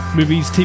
movies